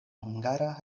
hungara